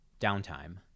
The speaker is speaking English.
downtime